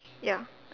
ya